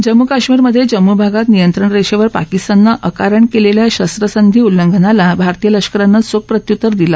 जम्मू कश्मीरमधे जम्मू भागात नियंत्रण रेषेवर पाकिस्ताननं अकारण केलेल्या शस्त्रसंधी उल्लंघनाला भारतीय लष्करानं घोख प्रत्युत्तर दिलं